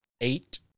eight